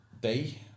day